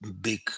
big